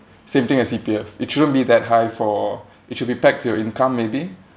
same thing as C_P_F it shouldn't be that high for it should be pegged to your income maybe